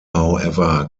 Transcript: however